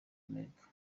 amerika